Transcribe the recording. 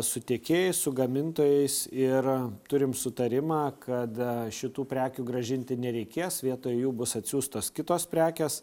su tiekėjais su gamintojais ir turim sutarimą kad šitų prekių grąžinti nereikės vietoj jų bus atsiųstos kitos prekės